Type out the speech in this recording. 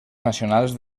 nacionals